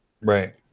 Right